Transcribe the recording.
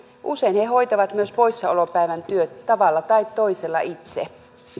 usein he hoitavat myös poissaolopäivän työt tavalla tai toisella itse